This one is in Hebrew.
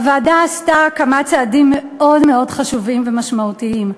הוועדה עשתה כמה צעדים מאוד מאוד חשובים ומשמעותיים,